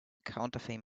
counterfeit